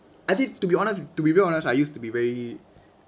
as it to be honest to be honest I used to be very